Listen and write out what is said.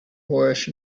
moorish